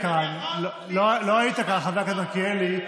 כחלקם באוכלוסייה,